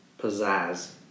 pizzazz